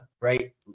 right